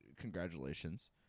congratulations